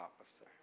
officer